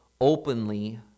openly